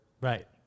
Right